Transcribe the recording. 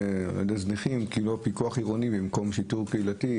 זניחים כאילו פיקוח עירוני במקום שיטור קהילתי.